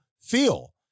feel